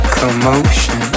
commotion